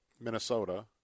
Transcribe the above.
Minnesota